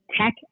tech